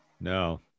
No